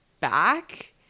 back